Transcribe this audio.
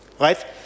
Right